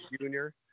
junior